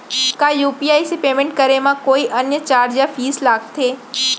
का यू.पी.आई से पेमेंट करे म कोई अन्य चार्ज या फीस लागथे?